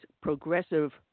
progressive